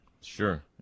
Sure